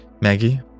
Maggie